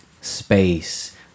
space